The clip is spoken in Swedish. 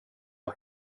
var